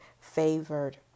favored